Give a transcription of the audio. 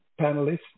panelists